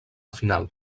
final